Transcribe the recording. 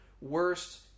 worst